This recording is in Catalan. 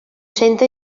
centre